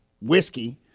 whiskey